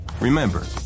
Remember